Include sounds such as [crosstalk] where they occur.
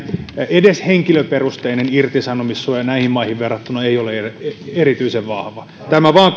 edes meidän henkilöperusteinen irtisanomissuoja ei ole erityisen vahva tämä vain [unintelligible]